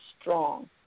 strong